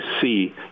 see